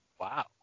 Wow